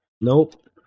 Nope